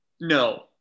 no